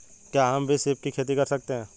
क्या हम भी सीप की खेती कर सकते हैं?